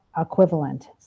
equivalent